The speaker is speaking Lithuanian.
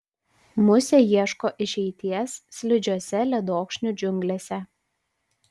musė ieško išeities slidžiose ledokšnių džiunglėse